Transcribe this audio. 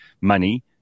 money